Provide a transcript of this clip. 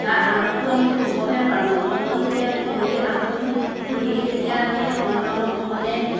বা আনকো আমি ক'বহে পাৰোঁ ভ্ৰমণ যেতিয়া আমি কৰি আহোঁ ঘূৰি তেতিয়া আমি অন অনেক